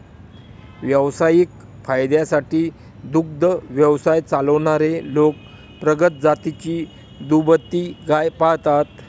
व्यावसायिक फायद्यासाठी दुग्ध व्यवसाय चालवणारे लोक प्रगत जातीची दुभती गाय पाळतात